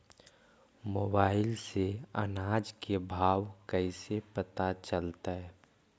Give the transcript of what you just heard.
Mobile से अनाज के भाव कैसे पता चलतै?